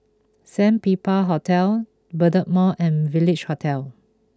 Sandpiper Hotel Bedok Mall and Village Hotel